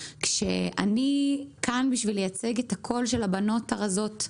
כשאני כאן בשביל לייצג את הקול של הבנות הרזות.